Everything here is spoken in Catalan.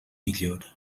millor